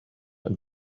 and